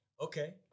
Okay